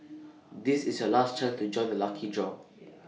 this is your last chance to join the lucky draw